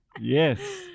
Yes